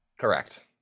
Correct